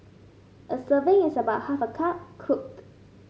a serving is about half a cup cooked